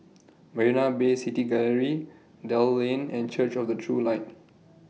Marina Bay City Gallery Dell Lane and Church of The True Light